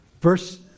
Verse